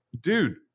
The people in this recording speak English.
dude